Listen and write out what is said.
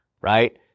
right